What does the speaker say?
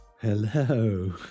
hello